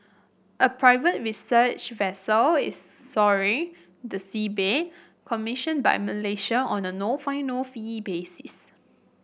a private research vessel is scouring the seabed commissioned by Malaysia on a no find no fee basis